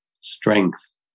strength